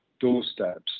doorsteps